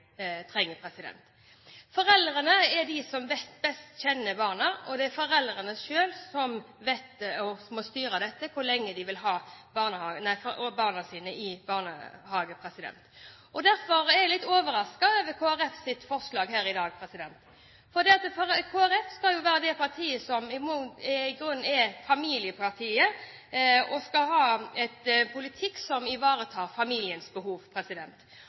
best kjenner barna, og det er foreldrene selv som må styre hvor lenge de vil ha barna sine i barnehagen. Derfor er jeg litt overrasket over Kristelig Folkepartis forslag her i dag, for Kristelig Folkeparti skal jo være det partiet som i grunnen er familiepartiet, og skal ha en politikk som ivaretar familiens behov.